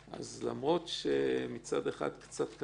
למרות שמצד אחד, קצת קשה,